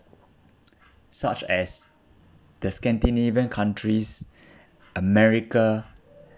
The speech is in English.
such as the scandinavian countries america